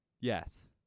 Yes